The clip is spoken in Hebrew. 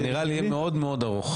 זה נראה לי יהיה מאוד מאוד ארוך.